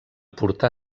portar